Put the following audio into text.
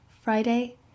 Friday